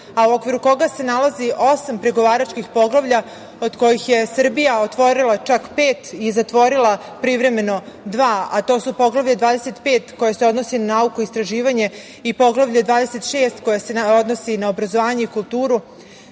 a u okviru koga se nalazi osam pregovaračkih poglavlja, od kojih je Srbija otvorila čak pet i zatvorila privremeno dva, a to su Poglavlje 25 koje se odnosi na nauku i istraživanje i Poglavlje 26 koje se odnosi na obrazovanje i kulturu,